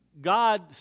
god